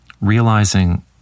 realizing